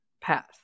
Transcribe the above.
path